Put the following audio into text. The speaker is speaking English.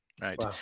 right